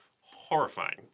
horrifying